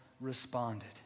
responded